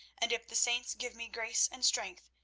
and, if the saints give me grace and strength,